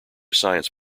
science